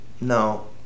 No